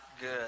good